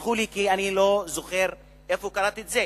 תסלחו לי שאני לא זוכר איפה קראתי את זה.